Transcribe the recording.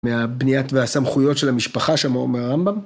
מהבניית והסמכויות של המשפחה שמה אומר הרמב״ם.